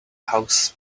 house